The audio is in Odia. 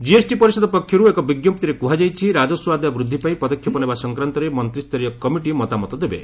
କିଏସ୍ଟି ପରିଷଦ ପକ୍ଷରୁ ଏକ ବିଜ୍ଞପ୍ତିରେ କୁହାଯାଇଛି ରାଜସ୍ୱ ଆଦାୟ ବୁଦ୍ଧି ପାଇଁ ପଦକ୍ଷେପ ନେବା ସଂକ୍ରାନ୍ତରେ ମନ୍ତ୍ରୀଷ୍ଠରୀୟ କମିଟି ମତାମତ ଦେବେ